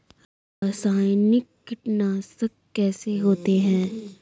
रासायनिक कीटनाशक कैसे होते हैं?